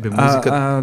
במוזיקת..